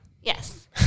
Yes